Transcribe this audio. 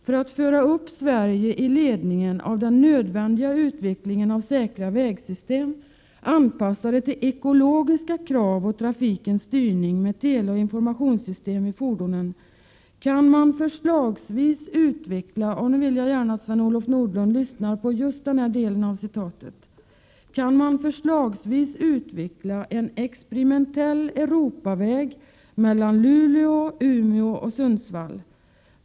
För att föra upp Sverige i ledningen av den nödvändiga utvecklingen av säkra vägsystem anpassade till ekologiska krav och trafikens styrning med teleoch informationssystem i fordonen kan man förslagsvis utveckla” — och nu vill jag gärna att Sven-Olof Nordlund lyssnar särskilt noga på den följande delen av citatet — en experimentell Europaväg mellan Luleå, Umeå och Sundsvall.